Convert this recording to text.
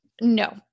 No